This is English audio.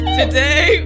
today